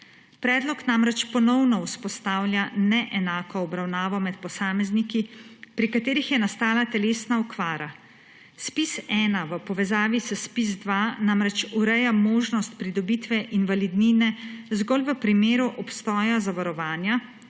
Predlog namreč ponovno vzpostavlja neenako obravnavo med posamezniki, pri katerih je nastala telesna okvara. ZPIZ-1 v povezavi s ZPIZ-2 namreč ureja možnost pridobitve invalidnine zgolj v primeru obstoja zavarovanja,